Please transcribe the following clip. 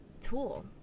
tool